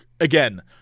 Again